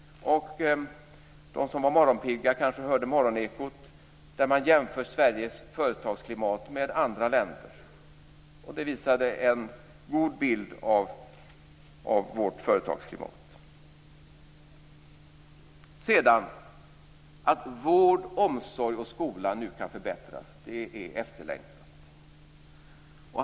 De som var morgonpigga kanske hörde Morgonekot, där man jämförde Sveriges företagsklimat med andra länders. Det visade en god bild av vårt företagsklimat. Att vård, omsorg och skola nu kan förbättras är efterlängtat.